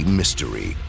mystery